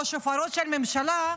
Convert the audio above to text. או שופרות של הממשלה,